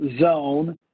zone